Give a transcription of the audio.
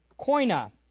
koina